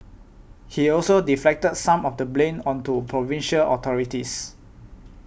he also deflected some of the blame onto provincial authorities